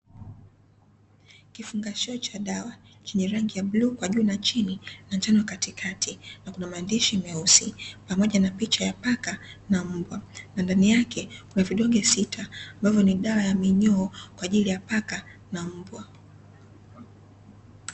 Kifungashio cha dawa, chenye rangi ya bluu kwa juu na chini na njano, katikati na kuna maandishi meusi pamoja na picha ya paka na mbwa, na ndani yake kuna vidonge sita ambavyo ni dawa ya minyoo kwa ajili ya paka na mbwa.